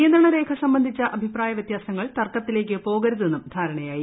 നിയന്ത്രണ രേഖ സംബന്ധിച്ച അഭിപ്രായവൃത്യാസങ്ങൾ തർക്കത്തിലേക്ക് പോകരുതെന്നും ധാരണയായി